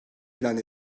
ilan